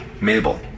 Mabel